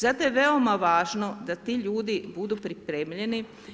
Zato je veoma važno da ti ljudi budu pripremljeni.